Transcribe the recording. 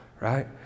right